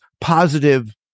positive